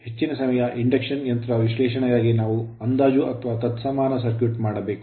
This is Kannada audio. ಹೆಚ್ಚಿನ ಸಮಯ ಇಂಡಕ್ಷನ್ ಯಂತ್ರ ವಿಶ್ಲೇಷಣೆಗಾಗಿ ನಾವು ಅಂದಾಜು ಅಥವಾ ತತ್ಸಮಾನ ಸರ್ಕ್ಯೂಟ್ ಮಾಡಬೇಕು